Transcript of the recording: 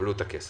יקבלו את הכסף,